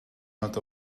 not